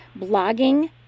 blogging